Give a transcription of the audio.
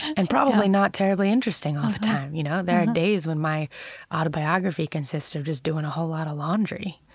and probably not terribly interesting interesting all the time. you know, there are days when my autobiography consists of just doing a whole lot of laundry.